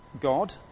God